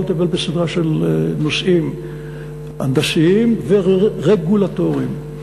לטפל בסדרה של נושאים הנדסיים ורגולטוריים.